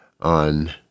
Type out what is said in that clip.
on